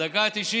שבדקה ה-90